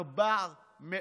400